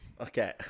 Okay